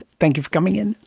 thank you for coming in.